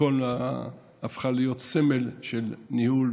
היא הפכה להיות סמל של ניהול.